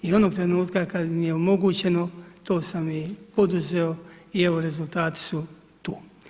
I onog trenutka kad mi je omogućeno, to sam i poduzeo i evo, rezultati su tu.